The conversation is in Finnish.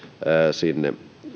sinne